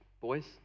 boys